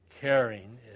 caring